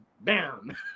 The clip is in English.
bam